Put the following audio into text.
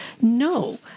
No